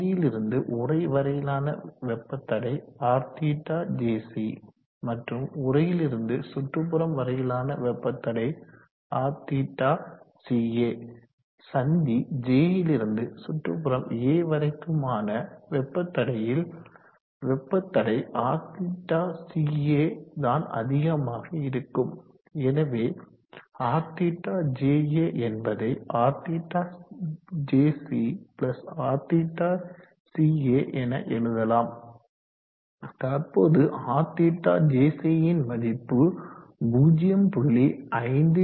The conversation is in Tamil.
சந்தியிலிருந்து உறை வரையிலான வெப்ப தடை Rθjc மற்றும் உறையிலிருந்து சுற்றுப்புறம் வரையிலான வெப்ப தடை RθCA சந்தி j லிருந்து சுற்றுப்புறம் a வரைக்குமான வெப்ப தடையில் வெப்பத்தடை RθCA தான் அதிகமகா இருக்கும் எனவே Rθja என்பதை Rθjc Rθca என எழுதலாம் தற்போது Rθjc ன் மதிப்பு 0